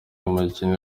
umukinnyi